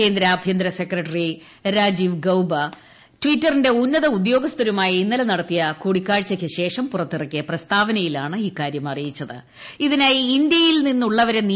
കേന്ദ്ര ആഭ്യന്തര സെക്രട്ടറി രാജീവ് ഗൌബ ട്വിറ്ററിന്റെ ഉന്നത ഉദ്യോഗസ്ഥരുമായി ഇന്നലെ നടത്തിയ കൂടിക്കാഴ്ചയ്ക്ക് ശേഷം പുറത്തിറക്കിയ പ്രസ്താവനയിലാണ് ഇക്കാര്യം ഇന്ത്യയിൽ നിന്നുള്ളവരെ അറിയിച്ചത്